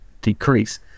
decrease